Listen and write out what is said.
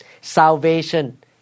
Salvation